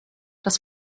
das